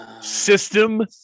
System